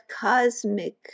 cosmic